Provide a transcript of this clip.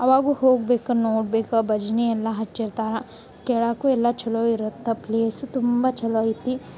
ಅವಾಗು ಹೋಗ್ಬೇಕು ನೋಡ್ಬೇಕ ಭಜ್ನಿ ಎಲ್ಲ ಹಚ್ಚಿರ್ತಾರ ಕೇಳಾಕು ಎಲ್ಲ ಛಲೋ ಇರತ್ತ ಪ್ಲೇಸು ತುಂಬಾ ಚಲೋ ಐತಿ